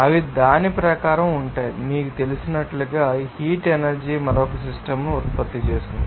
అవి దాని ప్రకారం ఉంటాయి మీకు తెలిసినట్లుగా హీట్ ఎనర్జీ మరొక సిస్టమ్ ను ఉత్పత్తి చేస్తుంది